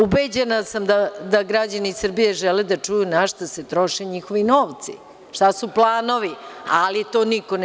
Ubeđena sam da građani Srbije žele da čuju na šta se troše njihovi novci, šta su planovi, ali to niko ne